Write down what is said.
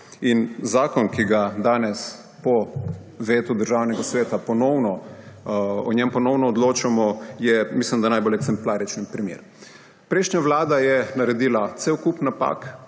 Zakon, o katerem danes po vetu Državnega sveta ponovno odločamo, je, mislim da najbolj eksemplaričen primer. Prejšnja vlada je naredila cel kup napak,